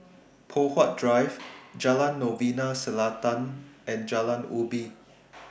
Poh Huat Drive Jalan Novena Selatan and Jalan Ubi